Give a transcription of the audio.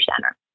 Center